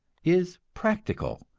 is practical,